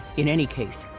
in any case,